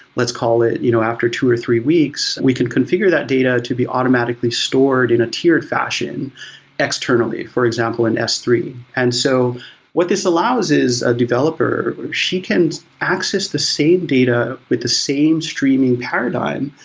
let's call it you know after two or three weeks, we can configure that data to be automatically stored in a tiered fashion externally, for example in s three. and so what this allows is a developer, she can access the same data with the same streaming paradigm,